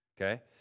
okay